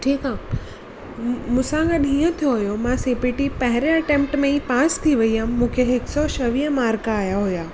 ठीकु आहे मूसां गॾु हीअं थियो हुयो मां सीपीटी पहिंरे एटैंप्ट में ई पास थी वयमि मूंखे हिक सौ छवीह मार्क आया हुया